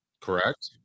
Correct